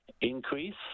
increase